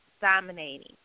dominating